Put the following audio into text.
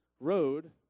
road